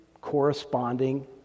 corresponding